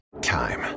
Time